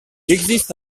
existe